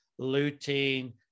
lutein